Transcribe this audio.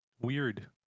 weird